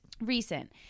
Recent